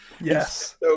Yes